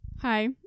Hi